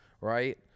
right